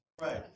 Right